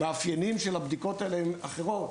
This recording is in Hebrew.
המאפיינים של הבדיקות האלה הם אחרים.